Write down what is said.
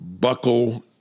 buckle